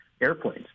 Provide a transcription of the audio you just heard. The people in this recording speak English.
airplanes